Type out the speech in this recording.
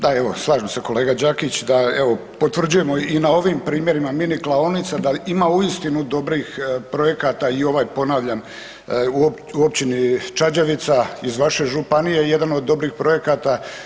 Da evo slažem se kolega Đakić da evo potvrđujemo i na ovim primjerima mini klaonica da ima uistinu dobrih projekata i ovaj ponavljam u općini Čađavica iz vaše županije jedan od dobrih projekata.